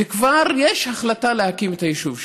וכבר יש החלטה להקים את היישוב שם.